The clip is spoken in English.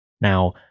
Now